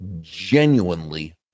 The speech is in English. genuinely